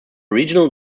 regional